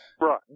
Right